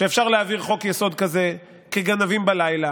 שאפשר להעביר חוק-יסוד כזה כגנבים בלילה,